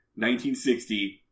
1960